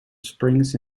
springs